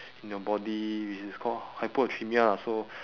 in your body which is called hyponatremia lah so